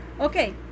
okay